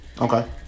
Okay